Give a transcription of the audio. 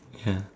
yeah